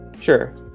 sure